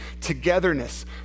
togetherness